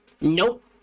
Nope